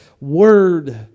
Word